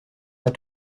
pas